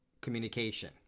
communication